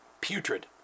putrid